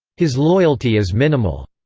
his loyalty is minimal.